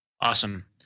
Awesome